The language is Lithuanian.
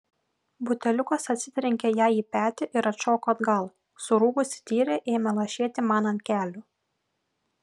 buteliukas atsitrenkė jai į petį ir atšoko atgal surūgusi tyrė ėmė lašėti man ant kelių